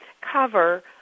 cover